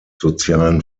sozialen